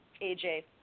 AJ